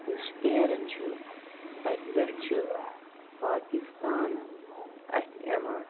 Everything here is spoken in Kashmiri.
یُس کیرَن چھُ تَتہِ پٮ۪ٹھ چھُ پاکِستان اتھہِ یِوان